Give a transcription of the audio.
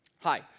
Hi